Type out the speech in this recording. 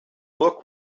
book